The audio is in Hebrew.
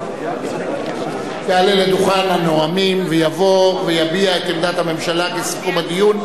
יעלה לדוכן הנואמים ויבוא ויביע את עמדת הממשלה בסיכום הדיון.